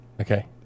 Okay